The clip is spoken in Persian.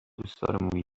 دوستدار